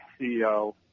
CEO